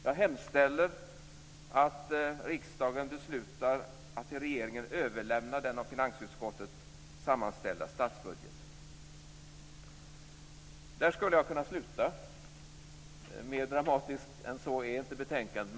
Jag hemställer att riksdagen beslutar att till regeringen överlämna den av finansutskottet sammanställda statsbudgeten. Där skulle jag kunna sluta. Mer dramatiskt än så är inte betänkandet.